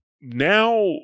now